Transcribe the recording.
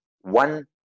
one